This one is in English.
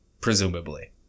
presumably